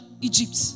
Egypt